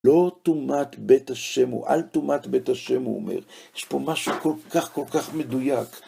לא תומת בית השם ואל תומת בית השם, הוא אומר, יש פה משהו כל כך, כל כך מדויק.